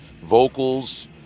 vocals